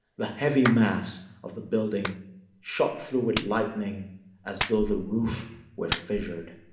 the heavy mass of the building shot through with lightning as though the roof were fissured.